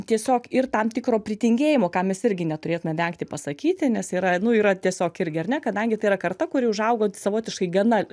tiesiog ir tam tikro pritingėjimo ką mes irgi neturėtume vengti pasakyti nes yra nu yra tiesiog irgi ar ne kadangi tai yra karta kuri užaugo savotiškai gana